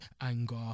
anger